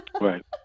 right